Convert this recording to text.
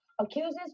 accuses